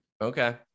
okay